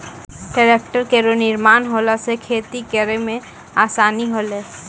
tractor केरो निर्माण होला सँ खेती करै मे आसानी होलै